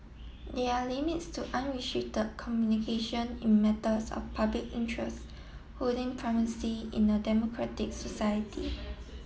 there are limits to unrestricted communication in matters of public interest holding primacy in a democratic society